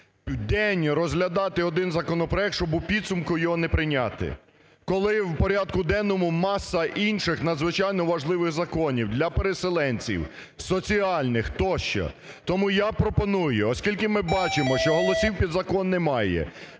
день розглядати родин законопроект, щоб у підсумку його не прийняти, коли в порядку денному маса інших надзвичайно важливих законів для переселенців, соціальних тощо. Тому я пропоную, оскільки ми бачимо, що голосів під закон немає,